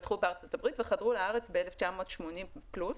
התפתחו בארה"ב, וחדרו לארץ ב-1980 פלוס.